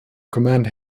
command